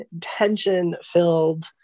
tension-filled